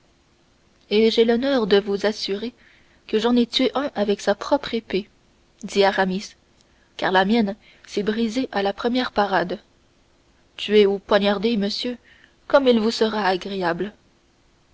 et j'ai l'honneur de vous assurer que j'en ai tué un avec sa propre épée dit aramis car la mienne s'est brisée à la première parade tué ou poignardé monsieur comme il vous sera agréable